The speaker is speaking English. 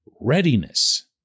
readiness